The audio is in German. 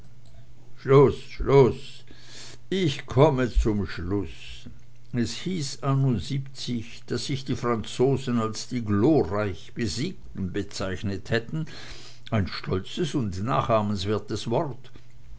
schluß schluß ich komme zum schluß es hieß anno siebzig daß sich die franzosen als die glorreich besiegten bezeichnet hätten ein stolzes und nachahmenswertes wort